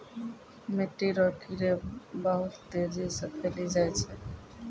मिट्टी रो कीड़े बहुत तेजी से फैली जाय छै